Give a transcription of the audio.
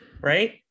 right